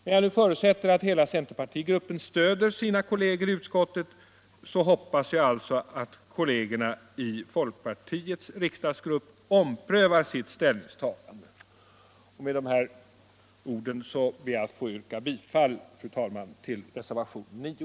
När jag nu förutsätter att hela centerpartigruppen stöder sina kolleger i utskottet, så hoppas jag alltså att kollegerna i folkpartiets riksdagsgrupp omprövar sitt ställningstagande. Med de här orden ber jag, fru talman, att få yrka bifall till reservationen 9.